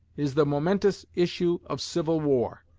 is the momentous issue of civil war.